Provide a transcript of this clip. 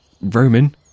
Roman